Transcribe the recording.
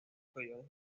períodos